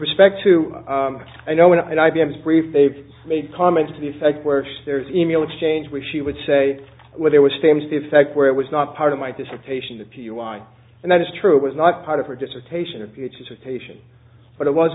respect to i know when i b m is brief they've made comments to the effect where there's an e mail exchange where she would say well there was a famous defect where it was not part of my dissertation if you want and that is true it was not part of her dissertation or future station but it was